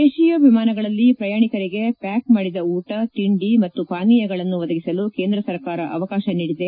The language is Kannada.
ದೇತೀಯ ವಿಮಾನಗಳಲ್ಲಿ ಪ್ರಯಾಣಿಕರಿಗೆ ಪ್ಲಾಕ್ ಮಾಡಿದ ಊಟ ತಿಂಡಿ ಮತ್ತು ಪಾನೀಯಗಳನ್ನು ಒದಗಿಸಲು ಕೇಂದ್ರ ಸರ್ಕಾರ ಅವಕಾಶ ನೀಡಿದೆ